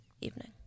evening